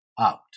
out